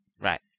Right